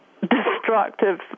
destructive